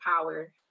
power